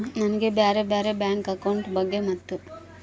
ನನಗೆ ಬ್ಯಾರೆ ಬ್ಯಾರೆ ಬ್ಯಾಂಕ್ ಅಕೌಂಟ್ ಬಗ್ಗೆ ಮತ್ತು?